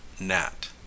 Nat